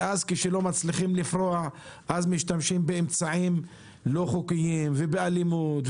ואז כשלא מצליחים לפרוע אז משתמשים באמצעים לא חוקיים ובאלימות,